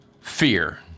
fear